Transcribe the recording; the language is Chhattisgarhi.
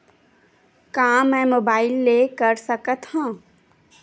का मै मोबाइल ले कर सकत हव?